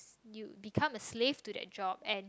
you become a slave to that job and